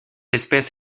espèce